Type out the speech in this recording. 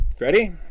Ready